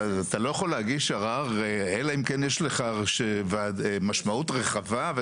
אתה לא יכול להגיש ערר אלא אם כן יש לך משמעות רחבה?